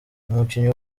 umukinnyi